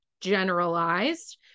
generalized